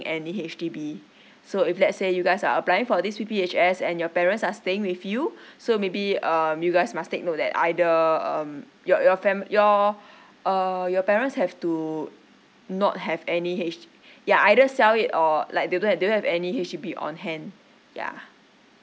any H_D_B so if let's say you guys are applying for this P_P_H_S and your parents are staying with you so maybe um you guys must take note that either um your your fami~ your err your parents have to not have any H ya either sell it or like they don't have they don't have any H_D_B on hand yeah